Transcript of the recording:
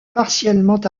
partiellement